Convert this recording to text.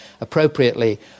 appropriately